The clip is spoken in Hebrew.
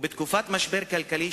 ובתקופת משבר כלכלי,